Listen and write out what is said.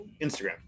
Instagram